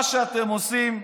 מה שאתם עושים,